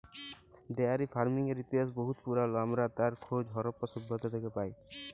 dairy ফারমিংয়ের ইতিহাস বহুত পুরাল আমরা তার খোঁজ হরপ্পা সভ্যতা থ্যাকে পায়